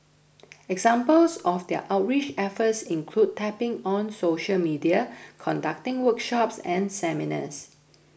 examples of their outreach efforts include tapping on social media conducting workshops and seminars